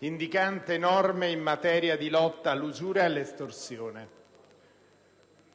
indicante norme in materia di lotta all'usura e all'estorsione.